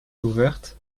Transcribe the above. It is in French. ouverte